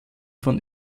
von